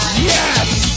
Yes